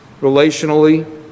relationally